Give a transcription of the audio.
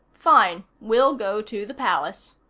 fine. we'll go to the palace.